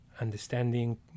understanding